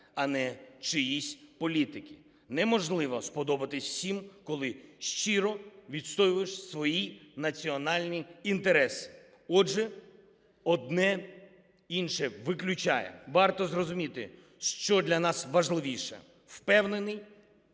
а не чиїсь політики. Неможливо сподобатися всім, коли щиро відстоюєш свої національні інтереси. Отже, одне інше виключає. Варто зрозуміти, що для нас важливіше. Впевнений,